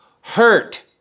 hurt